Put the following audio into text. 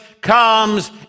comes